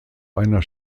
einer